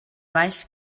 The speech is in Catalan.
baix